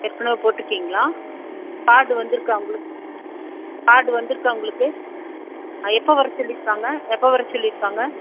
ஏற்கனவே போட்டுருக்கீங்களா கார்டு வந்துருக்கா உங்களுக்கு கார்டு வந்துருக்கா உங்களுக்கு எப்போ வர சொல்லியிருக்காங்க எப்போ வர சொல்லியிருக்காங்க